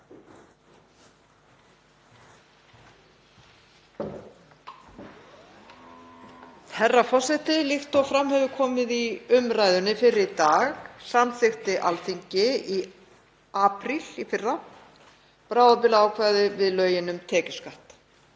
Herra forseti. Líkt og fram hefur komið í umræðunni fyrr í dag samþykkti Alþingi í apríl í fyrra bráðabirgðaákvæði við lög um tekjuskatt.